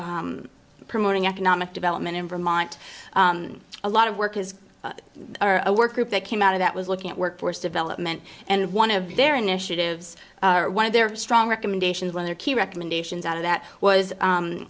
to promoting economic development in vermont a lot of work is a work group that came out of that was looking at workforce development and one of their initiatives or one of their strong recommendations on their key recommendations out of that was